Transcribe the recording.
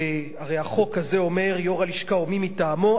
הרי החוק הזה אומר: יושב-ראש הלשכה או מי מטעמו,